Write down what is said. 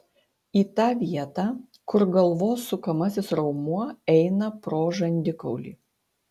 į tą vietą kur galvos sukamasis raumuo eina pro žandikaulį